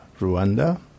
Rwanda